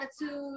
attitude